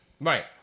right